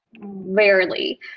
Rarely